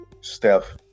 Steph